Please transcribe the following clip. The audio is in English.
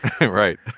Right